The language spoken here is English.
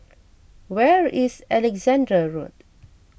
where is Alexandra Road